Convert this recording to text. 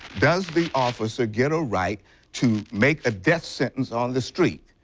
does the officer get a right to make a death sentence on the street?